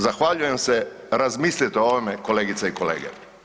Zahvaljujem se, razmislite o ovome kolegice i kolege.